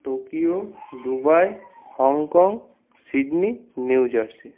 Tokyo Dubai Hong Kong Sydney new jersey